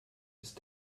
ist